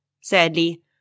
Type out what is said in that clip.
Sadly